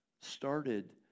started